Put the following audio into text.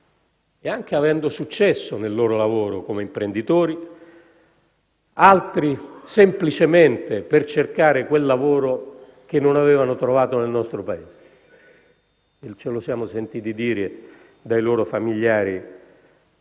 anche successo nel loro lavoro come imprenditori. Altri, semplicemente, lo avevano fatto per cercare quel lavoro che non avevano trovato nel nostro Paese. E ce lo siamo sentiti dire dai loro familiari